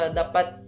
dapat